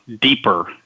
deeper